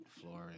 flooring